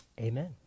Amen